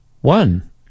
One